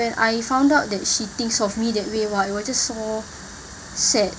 when I found out that she thinks of me that way !wah! it was just so sad